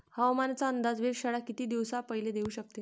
हवामानाचा अंदाज वेधशाळा किती दिवसा पयले देऊ शकते?